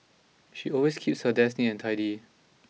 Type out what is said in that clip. she always keeps her desk neat and tidy